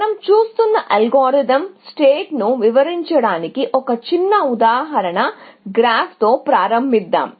మనం చూస్తున్న అల్గోరిథం సెట్ను వివరించడానికి ఒక చిన్న ఉదాహరణ గ్రాఫ్తో ప్రారంభిద్దాం